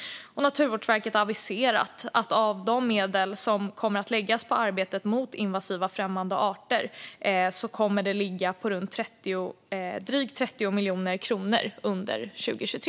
Naturvårdsverket har aviserat att de medel som kommer att läggas på arbetet mot invasiva främmande arter kommer att ligga på drygt 30 miljoner kronor under 2023.